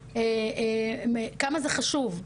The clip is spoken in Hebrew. כמה זה חשוב.